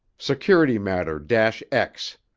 security matter dash x.